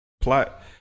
plot